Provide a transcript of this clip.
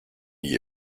n’y